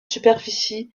superficie